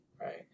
right